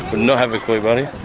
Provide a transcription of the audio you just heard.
but and have a clue buddy.